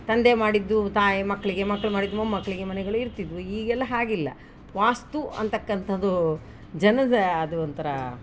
ತಂದೆ ಮಾಡಿದ್ದು ತಾಯಿ ಮಕ್ಕಳಿಗೆ ಮಕ್ಳು ಮಾಡಿದ್ದು ಮೊಮ್ಮಕ್ಕಳಿಗೆ ಮನೆಗಳು ಇರುತಿದ್ವು ಈಗೆಲ್ಲಾ ಹಾಗಿಲ್ಲ ವಾಸ್ತು ಅಂತಕ್ಕಂಥದೂ ಜನದ ಅದು ಒಂಥರ